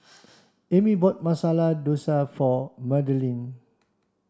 Amie bought Masala Dosa for Madalyn